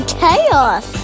chaos